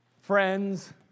friends